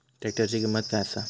ट्रॅक्टराची किंमत काय आसा?